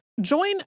Join